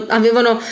avevano